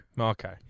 Okay